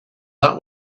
that